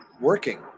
working